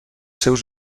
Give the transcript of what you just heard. seus